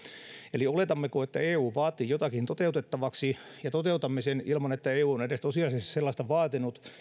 eli oletammeko että eu vaatii jotakin toteutettavaksi ja toteutamme sen ilman että eu on tosiasiallisesti sellaista edes vaatinut